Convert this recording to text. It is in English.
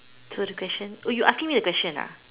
so the question oh you asking me the question ah